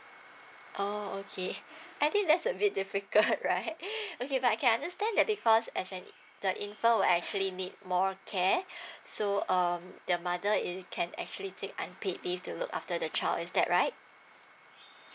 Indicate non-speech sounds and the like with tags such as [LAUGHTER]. orh okay I think that's a bit difficult [LAUGHS] right okay but I can understand that because as an the infant would actually need more care so um the mother you can actually take unpaid leave to look after the child is that right